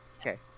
Okay